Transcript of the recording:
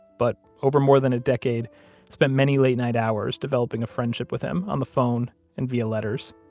but over more than a decade spent many late night hours developing a friendship with him on the phone and via letters.